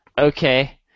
okay